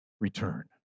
return